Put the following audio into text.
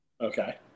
Okay